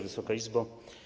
Wysoka Izbo!